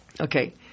Okay